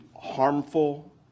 harmful